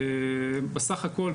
בסך הכול,